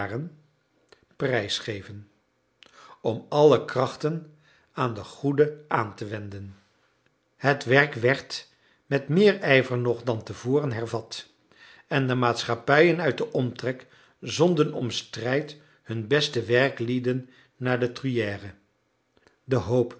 prijsgeven om alle krachten aan de goede aan te wenden het werk werd met meer ijver nog dan te voren hervat en de maatschappijen uit den omtrek zonden om strijd hun beste werklieden naar de truyère de hoop